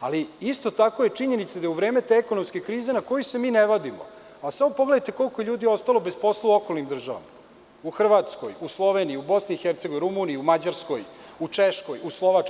ali isto tako je i činjenica da je u vreme te ekonomske krize na koju se mi ne vadimo, a samo pogledajte koliko je ljudi ostalo bez posla u okolnim državama u Hrvatskoj, u Sloveniji, u BiH, u Rumuniji, u Mađarskoj, u Češkoj, u Slovačkoj.